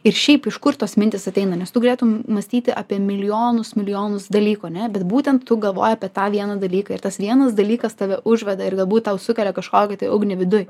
ir šiaip iš kur tos mintys ateina nes tu galėtum mąstyti apie milijonus milijonus dalykų ane bet būtent tu galvoji apie tą vieną dalyką ir tas vienas dalykas tave užveda ir galbūt tau sukelia kažkokį tai ugnį viduj